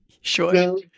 Sure